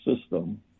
system